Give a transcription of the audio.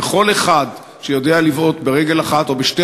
וכל אחד שיודע לבעוט ברגל אחת או בשתי